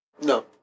No